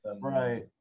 Right